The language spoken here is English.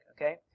Okay